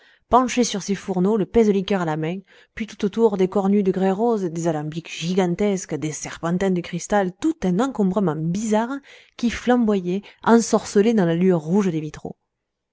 penché sur ses fourneaux le pèse liqueur à la main puis tout autour des cornues de grès rose des alambics gigantesques des serpentins de cristal tout un encombrement bizarre qui flamboyait ensorcelé dans la lueur rouge des vitraux